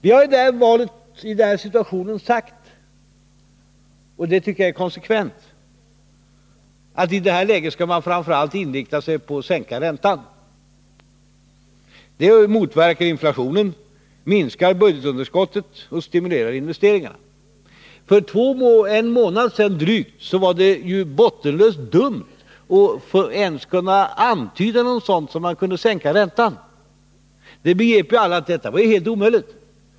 Vi har ju i den här situationen sagt — och det tycker jag är konsekvent — att man i detta läge framför allt skall inrikta sig på att sänka räntan. Det motverkar inflationen, minskar budgetunderskottet och stimulerar investeringarna. För drygt en månad sedan var det ju bottenlöst dumt att ens antyda något sådant som att man kunde sänka räntan; det begrep ju alla att detta var helt omöjligt.